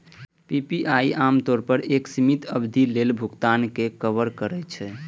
PPI आम तौर पर एक सीमित अवधि लेल भुगतान कें कवर करै छै